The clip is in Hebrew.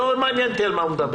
לא מעניין אותי על מה הוא מדבר.